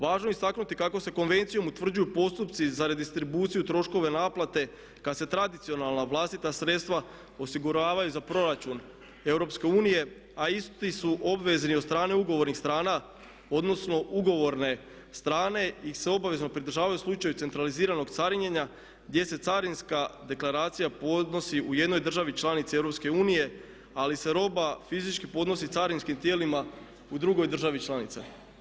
Važno je istaknuti kako se konvencijom utvrđuju postupci za redistribuciju troškova naplate kada se tradicionalna vlastita sredstva osiguravaju za proračun EU a isti su obvezni od strane ugovornih strana odnosno ugovorne strane ih se obavezno pridržavaju u slučaju centraliziranog carinjenja gdje se carinska deklaracija podnosi u jednoj državi članici EU ali se roba fizički podnosi carinskim tijelima u drugoj državi članici.